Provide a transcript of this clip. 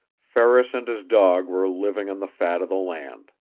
ferris and his dog were living on the fat of the land.